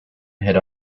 had